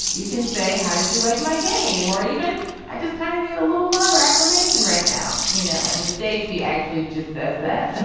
you can say, how did you like my game? or even i just kind of need a little love or affirmation right now you know, and the day she actually just said that,